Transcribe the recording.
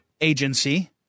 agency